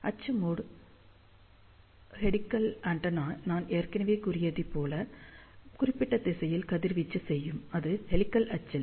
அச்சு mode helical antenna நான் ஏற்கனவே கூறியதைப் போல் குறிப்பிட்ட திசையில் கதிர்வீச்சு செய்யும் அது ஹெலிக்ஸ் அச்சு ல்